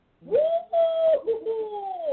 Woo-hoo